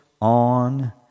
on